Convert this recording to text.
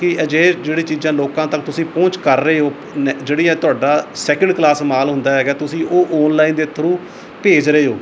ਕਿ ਅਜਿਹੇ ਜਿਹੜੀ ਚੀਜ਼ਾਂ ਲੋਕਾਂ ਤੱਕ ਤੁਸੀਂ ਪਹੁੰਚ ਕਰ ਰਹੇ ਹੋ ਨ ਜਿਹੜੀ ਹੈ ਤੁਹਾਡਾ ਸੈਕਿੰਡ ਕਲਾਸ ਮਾਲ ਹੁੰਦਾ ਹੈਗਾ ਤੁਸੀਂ ਉਹ ਔਨਲਾਈਨ ਦੇ ਥਰੂ ਭੇਜ ਰਹੇ ਹੋ